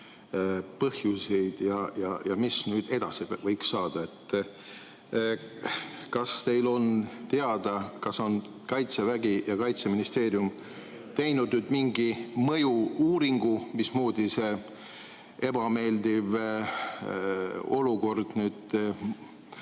põhjuseid ja seda, mis nüüd edasi võiks saada. Kas teil on teada, kas Kaitsevägi ja Kaitseministeerium on teinud mingi mõju-uuringu, mismoodi see ebameeldiv olukord